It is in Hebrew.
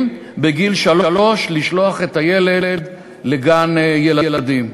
לשלוח את הילד בגיל שלוש לגן-ילדים.